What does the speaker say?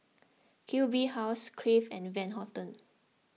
Q B House Crave and Van Houten